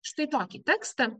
štai tokį tekstą